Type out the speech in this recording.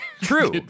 True